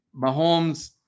Mahomes